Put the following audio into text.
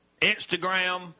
Instagram